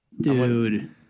Dude